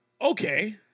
Okay